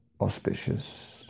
auspicious